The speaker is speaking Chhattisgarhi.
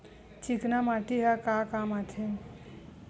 चिकना माटी ह का काम आथे?